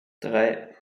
drei